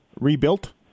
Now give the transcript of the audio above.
rebuilt